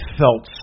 felt